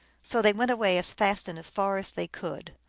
so they went away as fast and as far as they could,